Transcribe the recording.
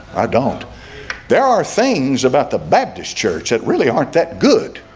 i don't there are things about the baptist church that really aren't that good